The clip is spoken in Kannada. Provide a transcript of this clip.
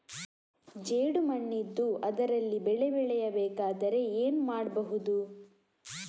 ಜೇಡು ಮಣ್ಣಿದ್ದು ಅದರಲ್ಲಿ ಬೆಳೆ ಬೆಳೆಯಬೇಕಾದರೆ ಏನು ಮಾಡ್ಬಹುದು?